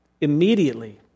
Immediately